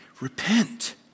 repent